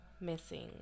missing